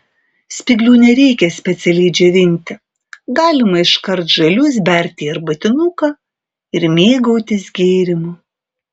spyglių nereikia specialiai džiovinti galima iškart žalius berti į arbatinuką ir mėgautis gėrimu